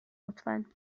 لطفا